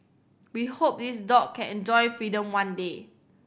we hope this dog can enjoy freedom one day